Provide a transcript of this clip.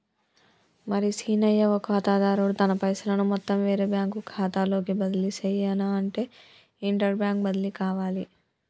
మరి సీనయ్య ఓ ఖాతాదారుడు తన పైసలను మొత్తం వేరే బ్యాంకు ఖాతాలోకి బదిలీ సెయ్యనఅంటే ఇంటర్ బ్యాంక్ బదిలి కావాలి